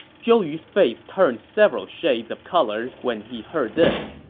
zhou yu's face turned several shades of color when he heard this,